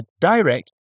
direct